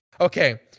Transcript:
okay